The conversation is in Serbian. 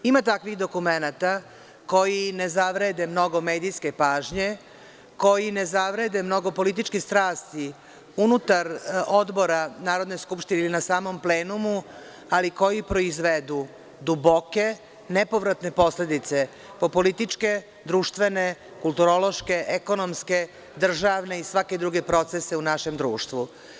Ima takvih dokumenata, koji ne zavrede mnogo medijske pažnje, koji ne zavrede mnogo političke strasti unutar odbora Narodne skupštine i na samom plenumu, ali koji proizvedu duboke, nepovratne posledice po političke društvene, kulturološke, ekonomske, državne i svake druge procese u našem društvu.